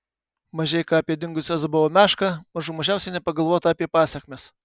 mažeika apie dingusią zobovo mešką mažų mažiausiai nepagalvota apie pasekmes